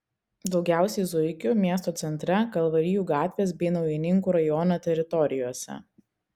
daugiausiai zuikių miesto centre kalvarijų gatvės bei naujininkų rajono teritorijose